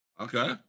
Okay